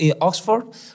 Oxford